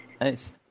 Nice